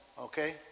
Okay